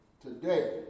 today